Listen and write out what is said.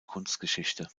kunstgeschichte